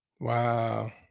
Wow